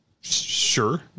Sure